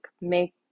make